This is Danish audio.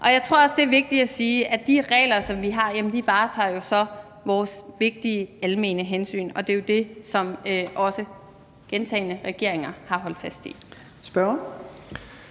Jeg tror også, det er vigtigt at sige, at de regler, som vi har, jo så varetager vores vigtige almene hensyn, og det er jo det, som også adskillige regeringer har holdt fast i. Kl.